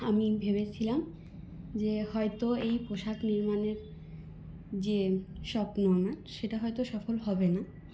আমি ভেবেছিলাম যে হয়তো এই পোশাক নির্মাণের যে স্বপ্ন আমার সেটা হয়তো সফল হবে না